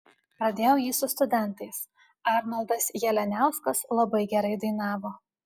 pradėjau jį su studentais arnoldas jalianiauskas labai gerai dainavo